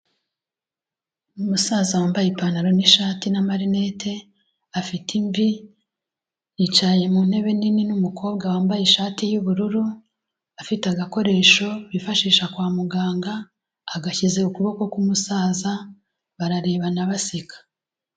Umusaza wambaye ipantaro n'ishati n'amarinete, afite imvi, yicaye mu ntebe nini n'umukobwa wambaye ishati y'ubururu, afite agakoresho bifashisha kwa muganga, agashyize ku kuboko k'umusaza bararebana baseka.